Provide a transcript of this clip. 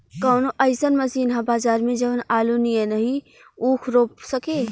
कवनो अइसन मशीन ह बजार में जवन आलू नियनही ऊख रोप सके?